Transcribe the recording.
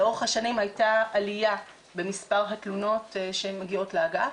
לאורך השנים הייתה עלייה במספר התלונות שמגיעות לאגף.